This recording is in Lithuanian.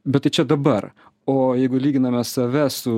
bet tai čia dabar o jeigu lyginame save su